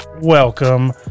welcome